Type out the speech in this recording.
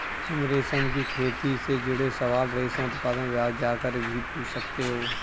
तुम रेशम की खेती से जुड़े सवाल रेशम उत्पादन विभाग जाकर भी पूछ सकते हो